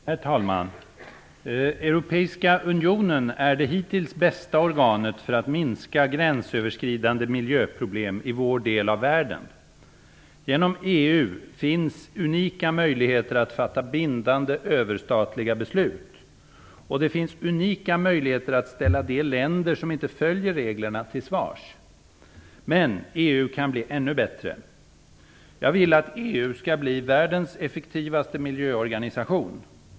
Herr talman! Europeiska unionen är det hittills bästa organet för att minska gränsöverskridande miljöproblem i vår del av världen. Genom EU finns unika möjligheter att fatta bindande överstatliga beslut, och det finns unika möjligheter att ställa de länder som inte följer reglerna till svars. Men EU kan bli ännu bättre. Jag vill att EU skall bli världens effektivaste miljöorganisation.